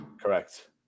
correct